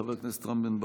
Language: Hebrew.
חבר הכנסת רם בן ברק,